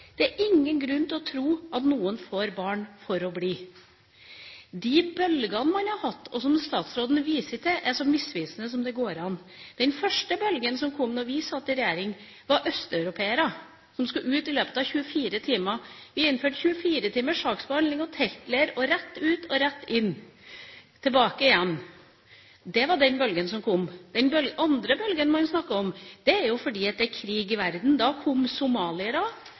Det er ingen grunn til å tro at noen får barn for å bli. De bølgene man har hatt, og som statsråden viste til, er så misvisende som det går an. Den første bølgen som kom da vi satt i regjering, var østeuropeere, som skulle ut i løpet av 24 timer. Vi innførte 24 timers saksbehandling og teltleir og rett ut og tilbake igjen. Det var den bølgen som kom. Den andre bølgen man snakker om, er fordi det er krig i verden. Da kom somaliere, da